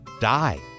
die